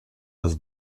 das